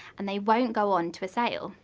and they won't go on to a sale.